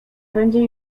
będzie